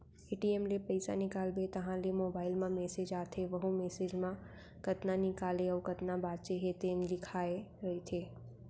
ATM ले पइसा निकालबे तहाँ ले मोबाईल म मेसेज आथे वहूँ मेसेज म कतना निकाले अउ कतना बाचे हे तेन लिखाए रहिथे